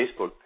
Facebook